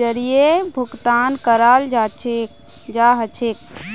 जरीए भुकतान कराल जाछेक